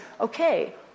okay